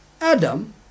Adam